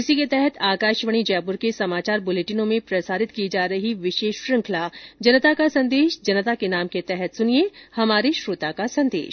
इसी के तहत आकाशवाणी जयपुर के समाचार बुलेटिनों में प्रसारित की जा रही विशेष श्रृखंला जनता का संदेश जनता के नाम के तहत सुनिये हमारे श्रोता का संदेश